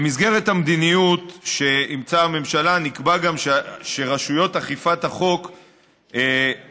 במסגרת המדיניות שאימצה הממשלה נקבע גם שרשויות אכיפת החוק ימשיכו,